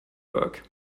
work